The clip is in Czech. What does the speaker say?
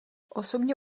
osobně